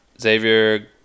Xavier